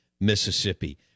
Mississippi